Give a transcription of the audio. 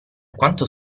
quanto